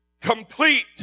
complete